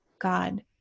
God